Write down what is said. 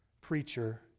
preacher